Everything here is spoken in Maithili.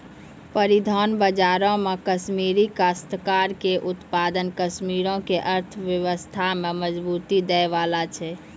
परिधान बजारो मे कश्मीरी काश्तकार के उत्पाद कश्मीरो के अर्थव्यवस्था में मजबूती दै बाला छै